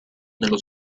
nello